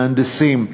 מהנדסים,